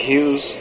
Hughes